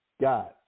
God